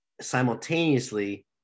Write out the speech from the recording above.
simultaneously